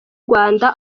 rwanda